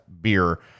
beer